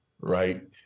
right